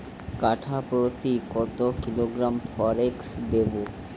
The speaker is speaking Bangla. কাঠাপ্রতি কত কিলোগ্রাম ফরেক্স দেবো?